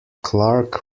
clark